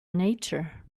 nature